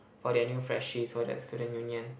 for their new freshies for their student union